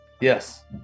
Yes